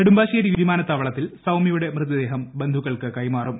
നെടുമ്പാശേരി വിമാനത്താവളത്തിൽ സൌമൃയുടെ മൃതദേഹം ബന്ധുക്കൾക്ക് കൈമാറും